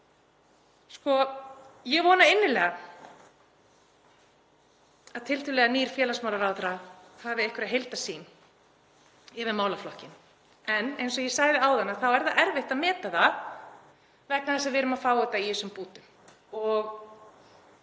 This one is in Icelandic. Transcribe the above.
bata. Ég vona innilega að tiltölulega nýr félagsmálaráðherra hafi einhverja heildarsýn yfir málaflokkinn. En eins og ég sagði áðan þá er erfitt að meta það vegna þess að við erum að fá þetta í þessum bútum.